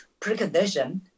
precondition